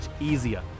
easier